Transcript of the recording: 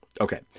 Okay